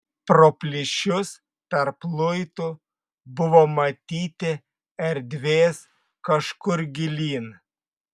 pro plyšius tarp luitų buvo matyti erdvės kažkur gilyn